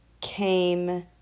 came